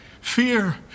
Fear